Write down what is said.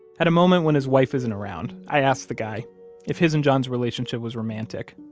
at a moment when his wife isn't around, i ask the guy if his and john's relationship was romantic,